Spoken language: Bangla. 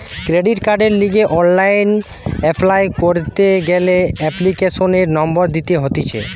ক্রেডিট কার্ডের লিগে অনলাইন অ্যাপ্লাই করতি গ্যালে এপ্লিকেশনের নম্বর দিতে হতিছে